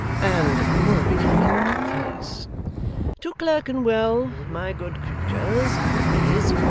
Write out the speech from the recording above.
and more becoming to the face to clerkenwell, my good creatures, if you please